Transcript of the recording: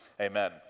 Amen